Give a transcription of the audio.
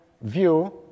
view